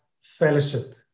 fellowship